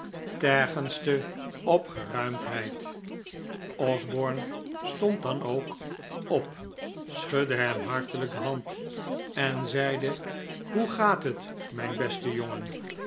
allertergendste opgeruimdheid osborne stond dan ook op schudde hem hartelijk de hand en zeide hoe gaat het mijn beste jongen